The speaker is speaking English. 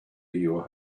your